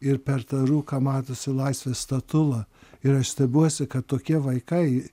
ir per tą rūką matosi laisvės statula ir aš stebiuosi kad tokie vaikai